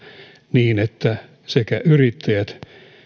niin että sekä yrittäjät